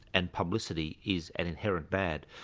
and publicity is an inherent bad.